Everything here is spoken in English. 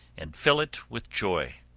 and fill it with joy.